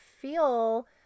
feel